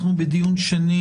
אנחנו בדיון שני